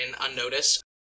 unnoticed